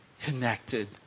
connected